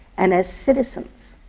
and as citizens.